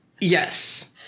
yes